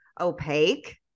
opaque